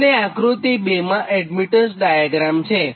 અને આકૃતિ 2 admittance diagram છે